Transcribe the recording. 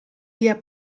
via